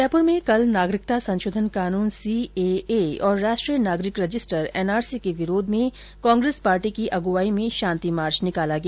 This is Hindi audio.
जयपुर में कल नागरिकता संशोधन कानून सीएए और राष्ट्रीय नागरिक रजिस्टर एनआरसी के विरोध में कांग्रेस पार्टी की अगुवाई में शांति मार्च निकाला गया